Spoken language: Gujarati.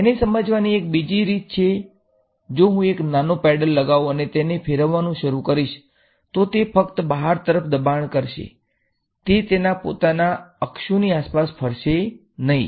તેને સમજવાની એક બીજી રીત છે કે જો હું એક નાનો પેડલ લગાઉં અને તેને ફેરવવાનું શરૂ કરીશ તો તે ફક્ત બહાર તરફ દબાણ કરશે તે તેના પોતાના અક્ષોની આસપાસ ફેરશે નહીં